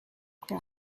crowd